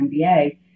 MBA